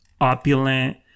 opulent